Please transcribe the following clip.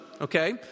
okay